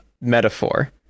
metaphor